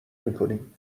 میکنیم